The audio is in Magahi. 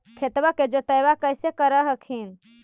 खेतबा के जोतय्बा कैसे कर हखिन?